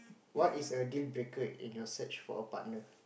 what is a deal breaker in your search for a partner